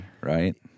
right